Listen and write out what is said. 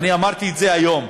ואמרתי את זה היום.